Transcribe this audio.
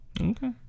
Okay